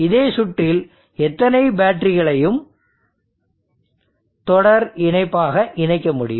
இதே சுற்றில் எத்தனை பேட்டரிகளையும் தொடர் இணைப்பாக இணைக்க முடியும்